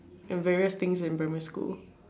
and various things in primary school